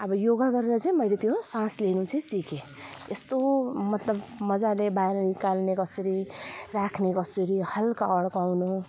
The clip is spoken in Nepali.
अब योगा गरेर मैले त्यो सास लिनु चाहिँ सिकेँ यस्तो मतलब मजाले बाहिर निकाल्ने कसरी राख्ने कसरी हलका अड्काउनु